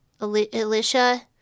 Alicia